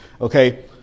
Okay